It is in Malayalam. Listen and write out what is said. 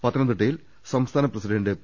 പത്തനംതിട്ടയിൽ സംസ്ഥാന പ്രസിഡന്റ് പി